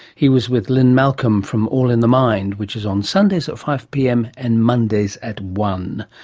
he was with lynne malcolm from all in the mind, which is on sundays at five pm and mondays at one